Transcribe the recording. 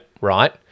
Right